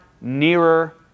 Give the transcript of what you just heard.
nearer